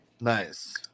Nice